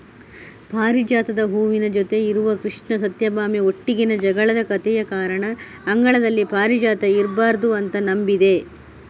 ಪಾರಿಜಾತದ ಹೂವಿನ ಜೊತೆ ಇರುವ ಕೃಷ್ಣ ಸತ್ಯಭಾಮೆ ಒಟ್ಟಿಗಿನ ಜಗಳದ ಕಥೆಯ ಕಾರಣ ಅಂಗಳದಲ್ಲಿ ಪಾರಿಜಾತ ಇರ್ಬಾರ್ದು ಅಂತ ನಂಬಿಕೆ